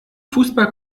fußball